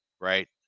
right